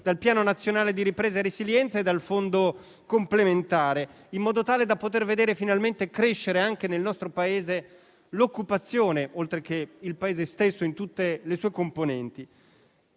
dal Piano nazionale di ripresa e resilienza e dal fondo complementare, in modo tale da poter vedere finalmente crescere anche nel nostro Paese l'occupazione, oltre che il Paese stesso in tutte le sue componenti.